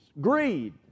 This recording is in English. greed